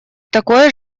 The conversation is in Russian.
такое